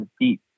deep